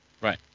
Right